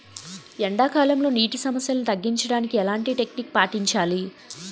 ఎండా కాలంలో, నీటి సమస్యలను తగ్గించడానికి ఎలాంటి టెక్నిక్ పాటించాలి?